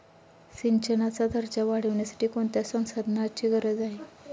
सिंचनाचा दर्जा वाढविण्यासाठी कोणत्या संसाधनांची गरज आहे?